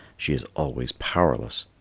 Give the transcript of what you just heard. she is always powerless.